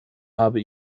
habe